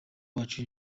wacu